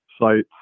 sites